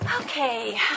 Okay